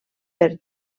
per